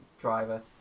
driver